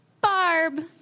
Barb